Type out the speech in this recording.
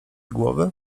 głowy